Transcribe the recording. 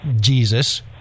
Jesus